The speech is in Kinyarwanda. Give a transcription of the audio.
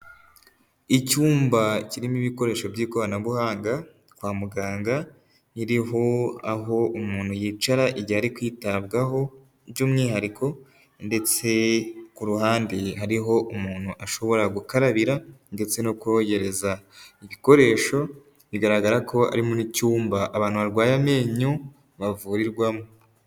Icyumba kirimo ibikoresho by'ikoranabuhanga, kwa muganga ntiriho aho umuntu yicara igihe ari kwitabwaho by'umwihariko ndetse ku ruhande hari aho umuntu ashobora gukarabira ndetse no kogereza ibikoresho, bigaragara ko arimo n'icyumba abantu barwaye amenyo bavurirwamo.